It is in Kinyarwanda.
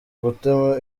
gutema